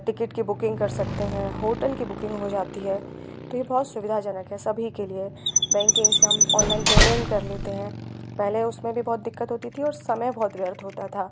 ticket की booking कर सकते हैं होटल की बुकिंग हो जाती है तो यह बहुत सुविधाजनक है सभी के लिए बैंकिंग से हम ऑनलाइन पेमेंट कर लेते हैं पहले उसमें भी बहुत दिक्कत होती थी और समय बहुत व्यर्थ होता था